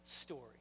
story